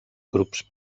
grups